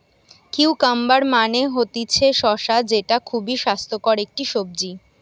cucumber মানে হতিছে শসা যেটা খুবই স্বাস্থ্যকর একটি সবজি